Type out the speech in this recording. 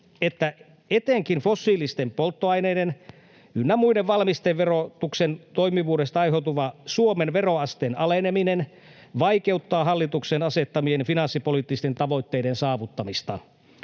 että etenkin fossiilisten polttoaineiden ynnä muiden valmisteverotuksen toimivuudesta aiheutuva Suomen veroasteen aleneminen vaikeuttaa hallituksen asettamien finanssipoliittisten tavoitteiden saavuttamista.